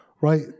Right